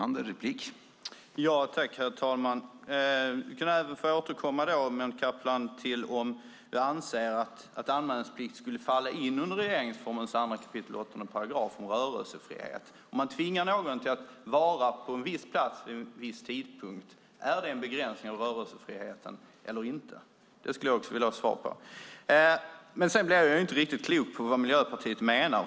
Herr talman! Mehmet Kaplan kan även få återkomma till om han anser att anmälningsplikten skulle falla in under regeringsformens 2 kap. 8 § om rörelsefrihet. Om man tvingar någon att vara på en viss plats vid en viss tidpunkt, är det då en begränsning av rörelsefriheten eller inte? Det skulle jag vilja ha svar på. Sedan blir jag inte riktigt klok på vad Miljöpartiet menar.